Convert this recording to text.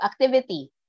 activity